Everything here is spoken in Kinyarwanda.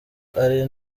ari